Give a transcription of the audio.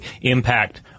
impact